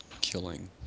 killing